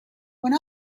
one